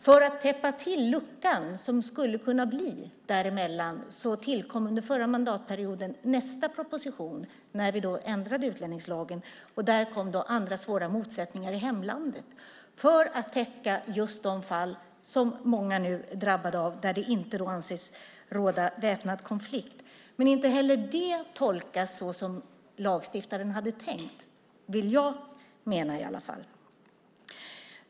För att täppa till den lucka som skulle kunna bli däremellan tillkom under den förra mandatperioden nästa proposition när vi ändrade utlänningslagen. Där kom begreppet andra svåra motsättningar i hemlandet för att täcka de fall som många är drabbade av där det inte anses råda väpnad konflikt. Inte heller det tolkas som lagstiftaren hade tänkt, vill jag mena.